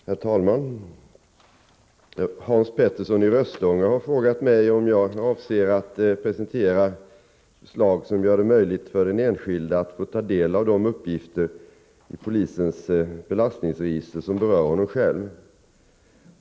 Herr talman! Hans Petersson i Röstånga har frågat mig om jag avser att presentera ett förslag som gör det möjligt för den enskilde att få ta del av de uppgifter i polisens belastningsregister som berör honom själv.